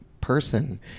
person